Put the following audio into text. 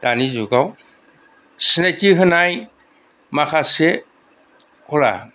दानि जुगाव सिनायथि होनाय माखासे कला